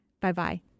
Bye-bye